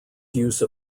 use